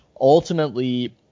ultimately